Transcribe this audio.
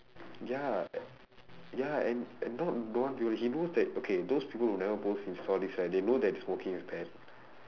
ya ya and and not don't want to you know he knows that okay those people who never post insta all these right they know that smoking is bad